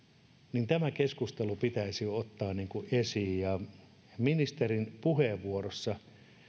niin tämä keskustelu pitäisi ottaa esiin ja ministerin puheenvuorossa